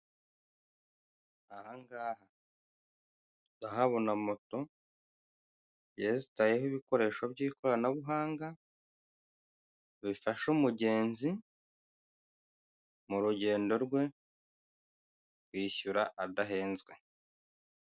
Ahangaha ndahabona moto yensitayeho ibikoresho byikoranabuhanga bifasha umugenzi murugendo rwe kwishyura adahenzwe.